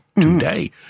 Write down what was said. today